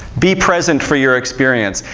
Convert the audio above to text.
be present for your experience.